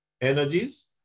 energies